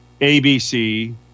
ABC